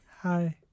Hi